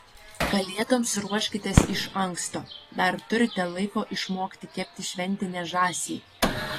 kalėdoms ruoškitės iš anksto dar turite laiko išmokti kepti šventinę žąsį